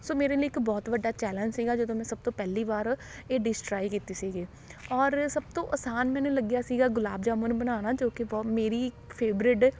ਸੋ ਮੇਰੇ ਲਈ ਇੱਕ ਬਹੁਤ ਵੱਡਾ ਚੈਲੇਂਜ ਸੀਗਾ ਜਦੋਂ ਮੈਂ ਸਭ ਤੋਂ ਪਹਿਲੀ ਵਾਰ ਇਹ ਡਿਸ਼ ਟਰਾਈ ਕੀਤੀ ਸੀਗੀ ਔਰ ਸਭ ਤੋਂ ਆਸਾਨ ਮੈਨੂੰ ਲੱਗਿਆ ਸੀਗਾ ਗੁਲਾਬ ਜਾਮੁਨ ਬਣਾਉਣਾ ਜੋ ਕਿ ਬਹੁ ਮੇਰੀ ਇੱਕ ਫੇਵਰੇਡ